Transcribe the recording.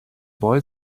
boy